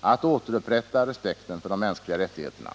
att återupprätta respekten för de mänskliga rättigheterna.